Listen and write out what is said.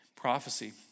Prophecy